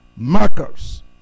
markers